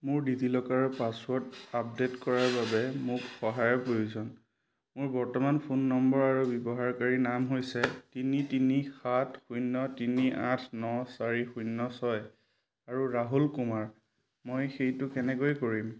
মোৰ DigiLocker password update কৰাৰ বাবে মোক সহায়ৰ প্ৰয়োজন মোৰ বৰ্তমানৰ ফোন নম্বৰ আৰু ব্যৱহাৰকাৰী নাম হৈছে তিনি তিনি সাত শূন্য তিনি আঠ ন চাৰি শূন্য ছয় আৰু ৰাহুল কুমাৰ মই সেইটো কেনেকৈ কৰিম